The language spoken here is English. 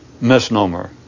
misnomer